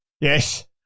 Yes